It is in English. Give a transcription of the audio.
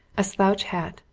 a slouch hat,